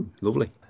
lovely